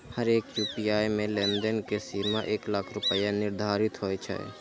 हरेक यू.पी.आई मे लेनदेन के सीमा एक लाख रुपैया निर्धारित होइ छै